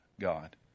God